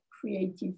creative